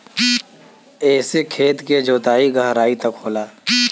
एसे खेत के जोताई गहराई तक होला